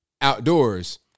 outdoors